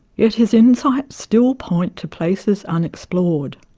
yet his insights still point to places unexplored.